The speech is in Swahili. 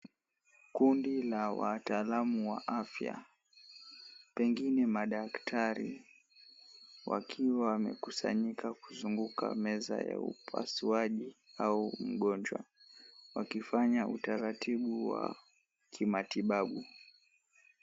Kundi la wataalamu wa afya, pengine madaktari, wakiwa wamekusanyika kuzunguka meza ya upasuaji au mgonjwa wakifanya utaratibu wa kimatibabu.